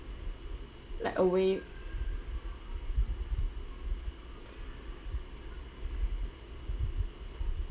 like away